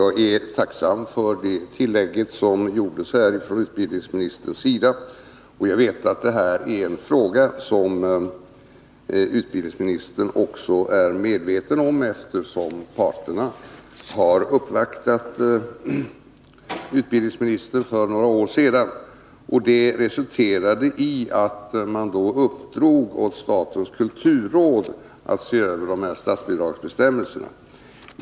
Herr talman! Jag är tacksam för utbildningsministerns tillägg. Eftersom representanter för parterna uppvaktade utbildningsministern för några år sedan, vet jag att utbildningsministern är medveten om problemet. Det uppdrogs då åt statens kulturråd att se över statsbidragsbestämmelserna.